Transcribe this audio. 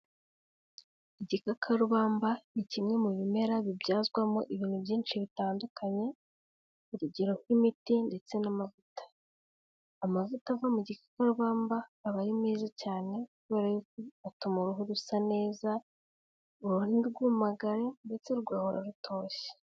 Igikakarubamba ni kimwe mu bimera bibyazwamo ibintu byinshi bitandukanye, urugero nk'imiti ndetse n'amavuta. Amavuta ava mu gikakarubamba aba ari meza cyane, kubera yuko atuma uruhu rusa neza, uruhu ntirwumagare, ndetse rugahora rutoshye.